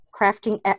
crafting